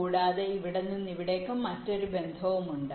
കൂടാതെ ഇവിടെ നിന്ന് ഇവിടേക്ക് മറ്റൊരു ബന്ധമുണ്ട്